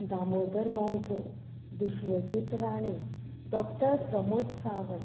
Damodar Mauzo Vishwajit Rane doctor Pramod Sawant